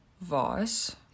Voss